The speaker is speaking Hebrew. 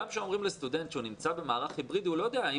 גם כשאומרים לסטודנט שהוא נמצא במערך היברידי הוא לא יודע אם